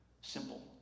simple